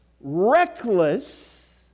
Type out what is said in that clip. reckless